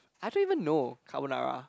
I don't even know carbonara